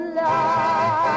love